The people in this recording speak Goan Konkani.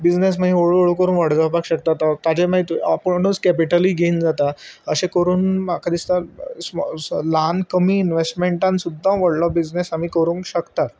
बिजनस मागीर हळू हळू करून व्हड जावपाक शकता ताचे मागी आपूणूच कॅपिटल गेन जाता अशें करून म्हाका दिसता ल्हान कमी इनवेस्टमेंटान सुद्दा व्हडलो बिजनस आमी करूंक शकतात